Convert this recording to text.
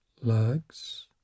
legs